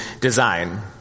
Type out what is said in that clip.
design